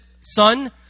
son